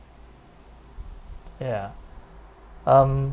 ya um